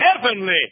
heavenly